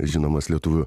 žinomas lietuvių